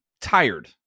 tired